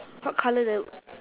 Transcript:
what colour the